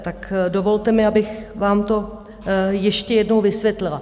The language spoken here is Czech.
Tak dovolte mi, abych vám to ještě jednou vysvětlila.